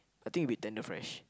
I think it will be tenderfresh